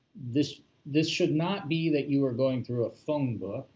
this this should not be that you are going through a phonebook,